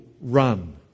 run